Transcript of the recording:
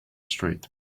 street